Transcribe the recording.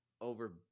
Over